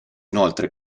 inoltre